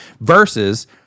versus